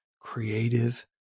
creative